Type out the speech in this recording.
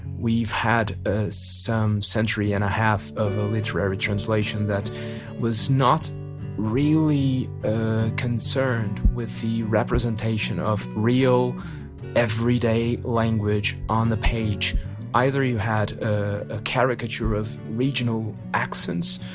we've had ah this century and a half of literary translation that was not really concerned with the representation of real everyday language on the page either you had a caricature of regional accents,